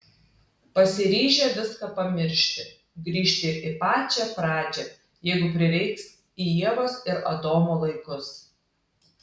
pasiryžę viską pamiršti grįžti į pačią pradžią jeigu prireiks į ievos ir adomo laikus